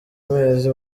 mezi